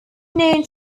known